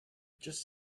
just